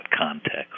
context